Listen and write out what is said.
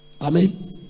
Amen